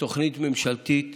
תוכנית ממשלתית